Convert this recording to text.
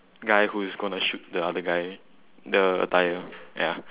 guy who is going to shoot the other guy the attire ya